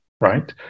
right